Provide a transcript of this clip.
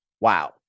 Wow